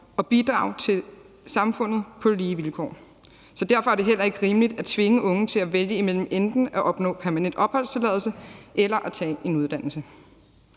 og bidrage til samfundet på lige vilkår. Derfor er det heller ikke rimeligt at tvinge unge til at vælge imellem enten at opnå permanent opholdstilladelse eller at tage en uddannelse.